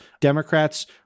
Democrats